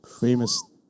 famous